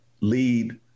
lead